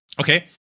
Okay